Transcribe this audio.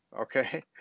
Okay